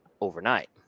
overnight